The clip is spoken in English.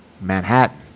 Manhattan